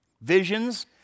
visions